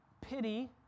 pity